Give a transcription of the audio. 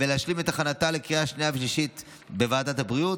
ולהשלים את הכנתה לקריאה שנייה ושלישית בוועדת הבריאות.